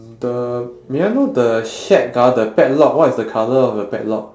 the may I know the shack ah the padlock what is the colour of the padlock